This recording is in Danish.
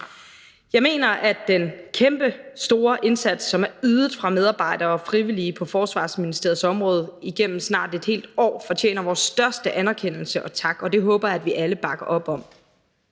Jeg mener, at den kæmpestore indsats, som er ydet af medarbejdere og frivillige på Forsvarsministeriets område igennem snart et helt år, fortjener vores største anerkendelse og tak, og det håber jeg at vi alle bakker op om.